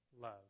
love